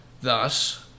Thus